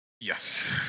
yes